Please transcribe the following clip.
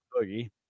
Boogie